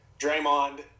Draymond